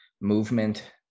movement